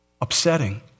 Upsetting